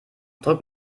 drück